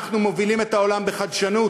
אנחנו מובילים את העולם בחדשנות,